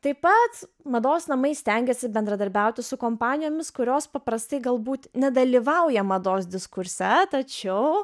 taip pat mados namai stengiasi bendradarbiauti su kompanijomis kurios paprastai galbūt nedalyvauja mados diskurse tačiau